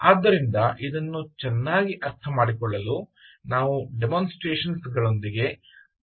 ಆದ್ದರಿಂದ ಇದನ್ನು ಚೆನ್ನಾಗಿ ಅರ್ಥಮಾಡಿಕೊಳ್ಳಲು ನಾವು ಡೆಮೊಸ್ಟ್ರೇಷನ್ಗಳೊಂದಿಗೆ ಪ್ರಾರಂಭಿಸೋಣ